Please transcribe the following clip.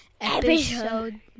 Episode